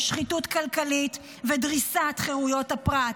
שחיתות כלכלית ודריסת חירויות הפרט.